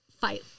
fight